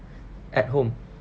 at home